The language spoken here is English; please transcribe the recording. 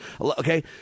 okay